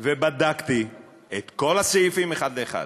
ובדקתי את כל הסעיפים, אחד לאחד,